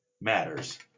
matters